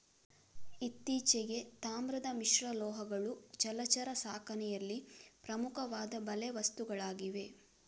ಇತ್ತೀಚೆಗೆ, ತಾಮ್ರದ ಮಿಶ್ರಲೋಹಗಳು ಜಲಚರ ಸಾಕಣೆಯಲ್ಲಿ ಪ್ರಮುಖವಾದ ಬಲೆ ವಸ್ತುಗಳಾಗಿವೆ